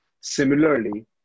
Similarly